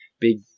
big